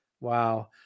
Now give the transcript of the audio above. wow